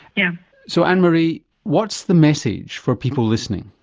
yeah so anne-marie what's the message for people listening?